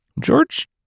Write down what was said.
George